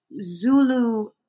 Zulu